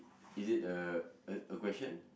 is it a a a question